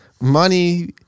money